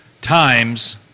times